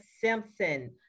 Simpson